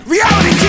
Reality